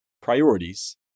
priorities